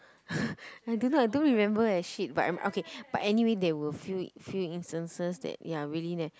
I don't know I don't remember eh shit but I'm okay but anyway there were few few instances that ya really ne~